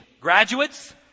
Graduates